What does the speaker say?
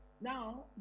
Now